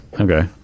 okay